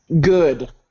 Good